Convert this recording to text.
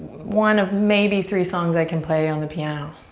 one of maybe three songs i can play on the piano.